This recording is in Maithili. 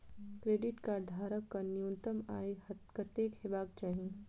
क्रेडिट कार्ड धारक कऽ न्यूनतम आय कत्तेक हेबाक चाहि?